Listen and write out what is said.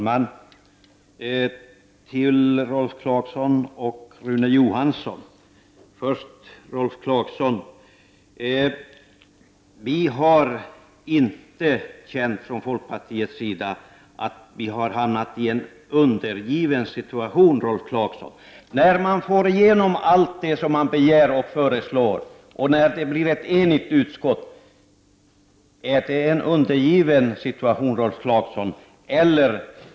Fru talman! Vi har inte, Rolf Clarkson, från folkpartiets sida känt det som att vi har hamnat i en undergiven situation. När man får igenom allt det som man begär och föreslår och när det blir ett enigt utskott, har man då hamnat i en undergiven situation, Rolf Clarkson?